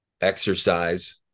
Exercise